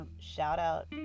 shout-out